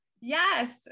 Yes